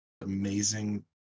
amazing